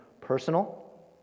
personal